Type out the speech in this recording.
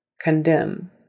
Condemn